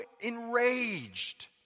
enraged